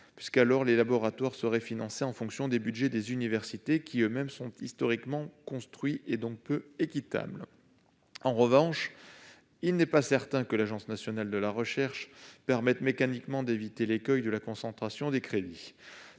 car les laboratoires seraient alors financés en fonction des budgets des universités, qui eux-mêmes sont historiquement construits, et donc peu équitables. En revanche, il n'est pas certain que l'Agence nationale de la recherche permette mécaniquement d'éviter l'écueil de la concentration des crédits,